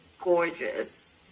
gorgeous